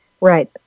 Right